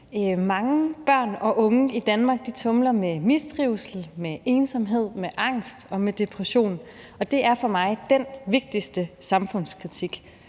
Mange børn og unge i Danmark tumler med mistrivsel, med ensomhed, med angst og med depression, og det er for mig udtryk for den vigtigste samfundskritik.